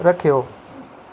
रक्खेओ